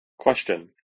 Question